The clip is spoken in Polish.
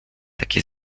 takie